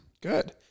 Good